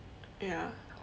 ya